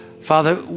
Father